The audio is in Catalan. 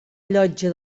llotja